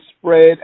spread